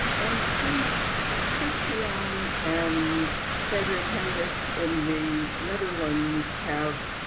and since christiane and frederick hendrick in the netherlands have